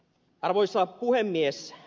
arvoisa puhemies